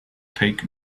take